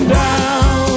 down